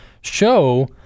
show